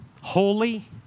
holy